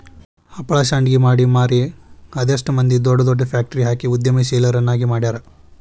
ಹಪ್ಳಾ ಶಾಂಡ್ಗಿ ಮಾಡಿ ಮಾರಿ ಅದೆಷ್ಟ್ ಮಂದಿ ದೊಡ್ ದೊಡ್ ಫ್ಯಾಕ್ಟ್ರಿ ಹಾಕಿ ಉದ್ಯಮಶೇಲರನ್ನಾಗಿ ಮಾಡ್ಯಾರ